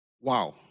Wow